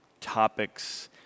topics